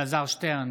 אינו נוכח אלעזר שטרן,